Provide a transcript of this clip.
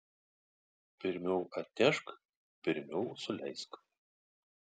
pirmiau atnešk pirmiau suleisk